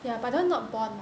ya but then not bond mah